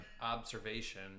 observation